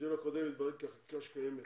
בדיון הקודם התברר כי החקיקה שקיימת